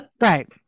Right